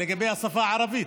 לגבי השפה הערבית.